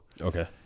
Okay